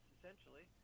Essentially